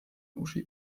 uschi